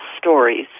stories